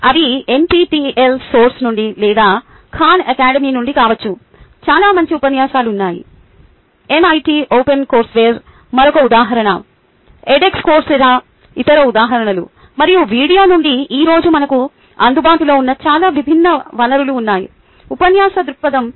అవి NPTEL source నుండి లేదా ఖాన్ అకాడమీ నుండి కావచ్చు చాలా మంచి ఉపన్యాసాలు ఉన్నాయి ఎంఐటి ఓపెన్ కోర్స్వేర్ మరొక ఉదాహరణ ఎడ్ఎక్స్ కోర్స్రా ఇతర ఉదాహరణలు మరియు వీడియో నుండి ఈ రోజు మనకు అందుబాటులో ఉన్న చాలా విభిన్న వనరులు ఉన్నాయి ఉపన్యాస దృక్పథం